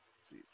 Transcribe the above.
See